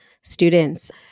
students